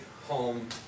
Home